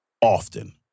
often